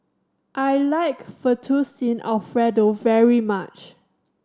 I like Fettuccine Alfredo very much